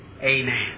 Amen